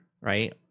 right